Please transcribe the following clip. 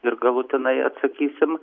ir galutinai atsakysim